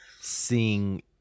seeing